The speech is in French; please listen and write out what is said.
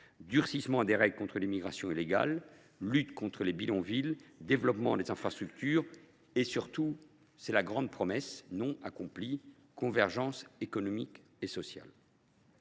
durcissement des règles contre l’immigration illégale, lutte contre les bidonvilles, développement des infrastructures et, surtout – c’est la grande promesse non accomplie –, convergence économique et sociale.